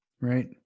Right